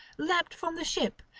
leapt from the ship,